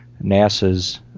NASA's